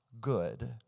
good